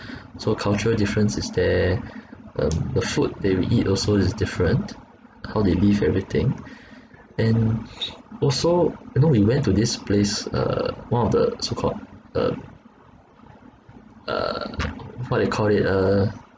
so a cultural difference is there um the food that we eat also is different how they live everything and also you know we went to this place uh one of the so called uh uh what you call it uh